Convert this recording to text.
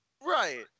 Right